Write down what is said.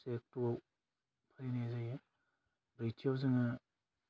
से अक्ट'आव फालिनाय जायो ब्रैथियाव जोङो